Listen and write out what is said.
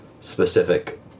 specific